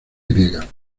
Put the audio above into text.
griega